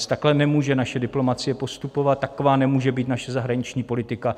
Takhle nemůže naše diplomacie postupovat, taková nemůže být naše zahraniční politika.